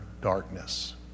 darkness